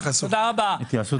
התייעצות סיעתית.